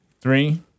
Three